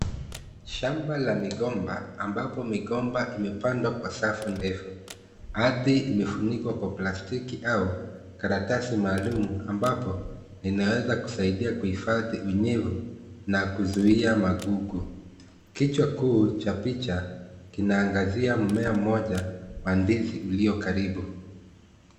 Shamba la migomba ambapo migomba imepandwa kwa safu ndefu. Ardhi imefunikwa kwa plastiki au karatasi maalumu ambapo linaweza kusaidia kuhifadhi unyevu na kuzuia magugu. Kichwa kuu cha picha kinaangazia mmea mmoja wa ndizi ulio karibu.